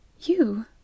You